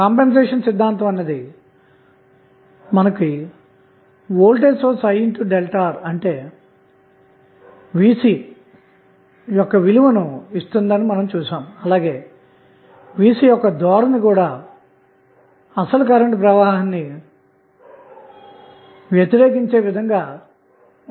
compensation సిద్ధాంతం అనేది మనకు వోల్టేజ్ సోర్స్ IΔRఅంటే Vc యొక్క విలువను ఇస్తుందని చుసాము అలాగే Vc యొక్క ధోరణి కూడా అసలు కరెంటు ప్రవాహాన్ని వ్యతిరేకించే విధంగా ఉంటుంది